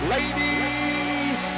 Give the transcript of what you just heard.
Ladies